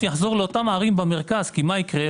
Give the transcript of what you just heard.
יחזור לאותן ערים במרכז כי מה יקרה?